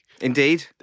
Indeed